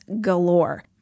galore